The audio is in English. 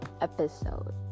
episode